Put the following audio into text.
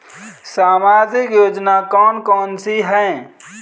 सामाजिक योजना कौन कौन सी हैं?